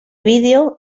video